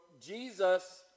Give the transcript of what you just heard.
Jesus